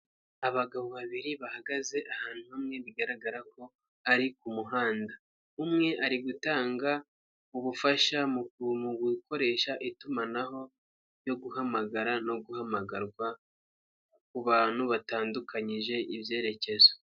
Abagabo babiri bahagaze ahantu hamwe bigaragara ko ari ku muhanda. Umwe ari gutanga ubufasha bwo gukoresha itumanaho ryo guhamagara no guhamagarwa kubantu batandukanyije ibyerekezo.